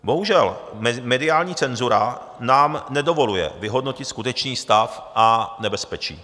Bohužel, mediální cenzura nám nedovoluje vyhodnotit skutečný stav a nebezpečí.